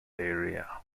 area